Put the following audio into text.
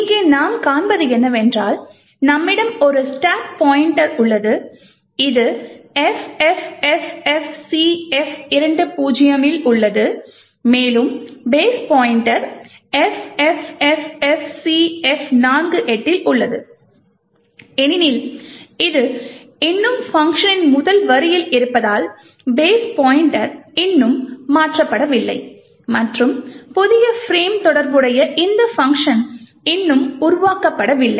இங்கே நாம் காண்பது என்னவென்றால் நம்மிடம் ஒரு ஸ்டாக் பாய்ண்ட்டர் உள்ளது இது FFFFCF20 இல் உள்ளது மேலும் பேஸ் பாய்ண்ட்டர் FFFFCF48 இல் உள்ளது ஏனெனில் இது இன்னும் பங்க்ஷனின் முதல் வரியில் இருப்பதால் பேஸ் பாய்ண்ட்டர் இன்னும் மாற்றப்படவில்லை மற்றும் புதிய பிரேம் தொடர்புடையது இந்த பங்க்ஷன் இன்னும் உருவாக்கப்படவில்லை